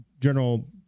General